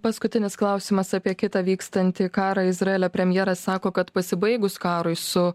paskutinis klausimas apie kitą vykstantį karą izraelio premjeras sako kad pasibaigus karui su